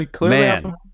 Man